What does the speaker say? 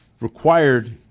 required